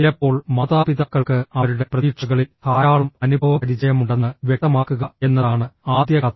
ചിലപ്പോൾ മാതാപിതാക്കൾക്ക് അവരുടെ പ്രതീക്ഷകളിൽ ധാരാളം അനുഭവപരിചയമുണ്ടെന്ന് വ്യക്തമാക്കുക എന്നതാണ് ആദ്യ കഥ